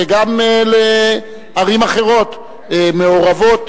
וגם לערים אחרות מעורבות